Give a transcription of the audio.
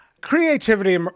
Creativity